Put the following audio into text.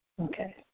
Okay